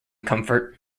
comfort